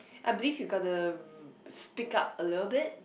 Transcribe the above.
I believe you got to speak up a little bit